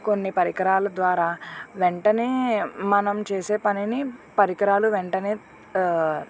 కొన్ని పరికరాల ద్వారా వెంటనే మనం చేసే పనిని పరికరాలు వెంటనే